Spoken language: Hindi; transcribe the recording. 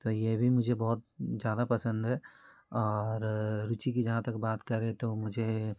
तो ये भी मुझे बहुत ज़्यादा पसंद है और रूचि की जहाँ तक बात करें तो मुझे